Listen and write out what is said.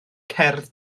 cerdd